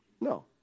No